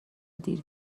دیر